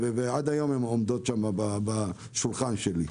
ועד היום הן עומדות בשולחן שלי.